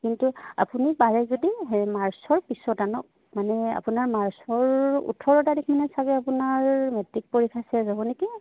কিন্তু আপুনি পাৰে যদি হেৰি মাৰ্চৰ পিছত আনক মানে আপোনাৰ মাৰ্চৰ ওঠৰ তাৰিখ মানে চাগে আপোনাৰ মেট্ৰিক পৰীক্ষা নেকি